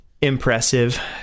impressive